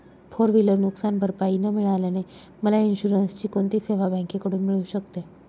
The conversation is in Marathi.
फोर व्हिलर नुकसानभरपाई न मिळाल्याने मला इन्शुरन्सची कोणती सेवा बँकेकडून मिळू शकते?